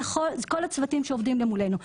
זה כל הצוותים שעובדים מולנו.